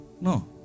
No